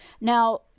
Now